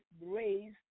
raised